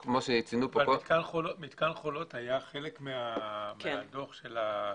מתקן "חולות" היה חלק מהדוח של הצפיפות?